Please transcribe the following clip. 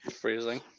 Freezing